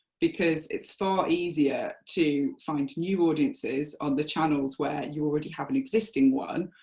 because it's far easier to find new audiences on the channels where you already have an existing one,